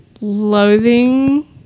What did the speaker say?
loathing